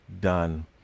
done